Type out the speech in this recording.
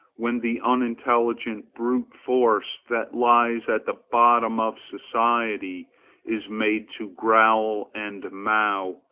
when the unintelligent brute force that lies at the bottom of society is made to growl and mow,